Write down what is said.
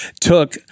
took